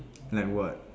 like what